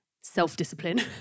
self-discipline